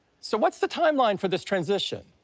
so, what's the timeline for this transition?